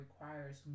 requires